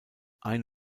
ein